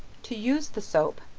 to use the soap,